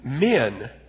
men